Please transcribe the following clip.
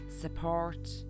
support